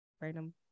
random